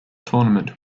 tournament